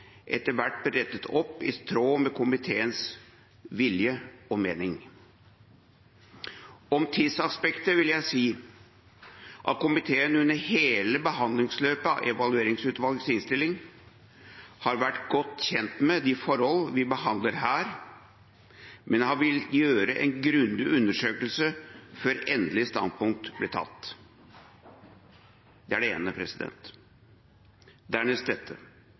etter hvert ble rettet opp i tråd med komiteens vilje og mening. Om tidsaspektet vil jeg si at komiteen under hele behandlingsløpet av Evalueringsutvalgets innstilling har vært godt kjent med de forhold vi behandler her, men har villet gjøre en grundig undersøkelse før endelig standpunkt ble tatt. – Det er det ene. Dernest dette: